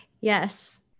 yes